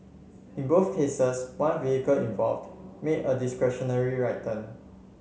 in both cases one vehicle involved made a discretionary right turn